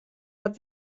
hat